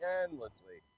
endlessly